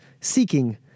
seeking